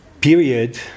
period